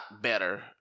better